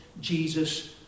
Jesus